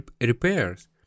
repairs